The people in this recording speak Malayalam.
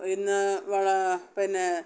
ഇന്ന് പിന്നെ